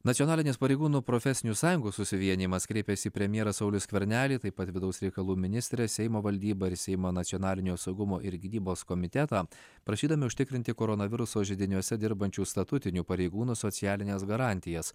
nacionalinės pareigūnų profesinių sąjungų susivienijimas kreipėsi į premjerą saulių skvernelį taip pat vidaus reikalų ministrą seimo valdybą ir seimo nacionalinio saugumo ir gynybos komitetą prašydami užtikrinti koronaviruso židiniuose dirbančių statutinių pareigūnų socialines garantijas